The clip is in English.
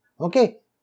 Okay